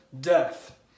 death